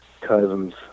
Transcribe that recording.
cousin's